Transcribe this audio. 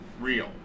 real